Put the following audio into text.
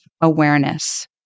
awareness